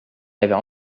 avait